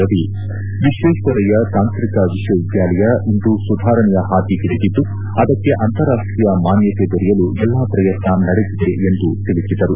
ರವಿ ವಿಶ್ವೇಶ್ವರಯ್ಯ ತಾಂತ್ರಿಕ ವಿಶ್ವವಿದ್ವಾಲಯ ಇಂದು ಸುಧಾರಣೆಯ ಹಾದಿ ಹಿಡಿದಿದ್ದು ಅದಕ್ಕೆ ಅಂತಾರಾಷ್ಷೀಯ ಮಾನ್ನತೆ ದೊರೆಯಲು ಎಲ್ಲಾ ಪ್ರಯತ್ನ ನಡೆದಿದೆ ಎಂದು ತಿಳಿಸಿದರು